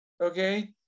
okay